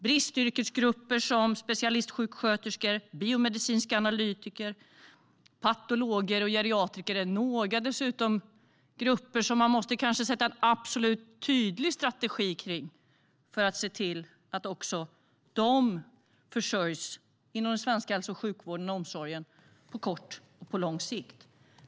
Bristyrkesgrupper som specialistsjuksköterskor, biomedicinska analytiker, patologer och geriatriker är några grupper som man kanske måste sätta en absolut tydlig strategi kring för att se till att också de försörjs inom den svenska hälso och sjukvården och omsorgen på kort och på lång sikt.